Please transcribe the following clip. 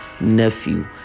nephew